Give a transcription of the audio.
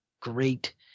great